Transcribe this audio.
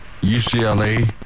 UCLA